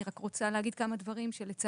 אני רק רוצה להגיד כמה דברים שלצערנו